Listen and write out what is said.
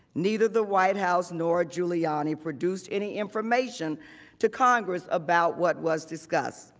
neither the white house and or giuliani produced any information to congress about what was discussed.